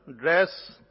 dress